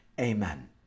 amen